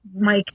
Mike